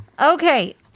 Okay